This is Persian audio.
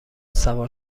سوار